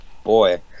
Boy